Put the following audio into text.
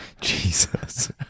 jesus